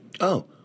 Oh